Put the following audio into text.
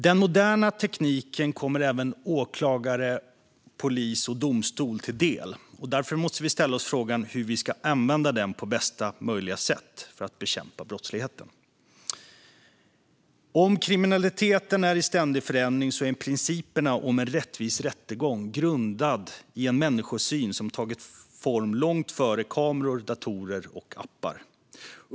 Den moderna tekniken kommer även åklagare, polis och domstol till del, och därför måste vi ställa oss frågan hur vi ska använda den på bästa möjliga sätt för att bekämpa brottsligheten. Om kriminaliteten är i ständig förändring är principerna om en rättvis rättegång grundade i en människosyn som tagit form långt innan kameror, datorer och appar fanns.